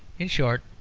in short,